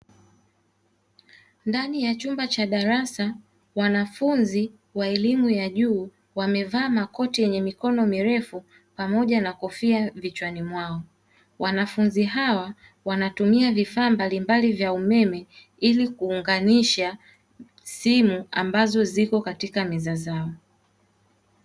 Ndani ya chumba cha darasa wanafunzi wa elimu ya juu wamevaa makoti yenye mikono mirefu pamoja na kofia vichwani mwao wanafunzi hawa wanatumia vifaa mbalimbali vya umeme ili kuunganisha simu ambazo ziko katika meza zao.